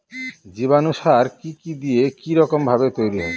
জীবাণু সার কি কি দিয়ে কি রকম ভাবে তৈরি হয়?